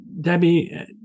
Debbie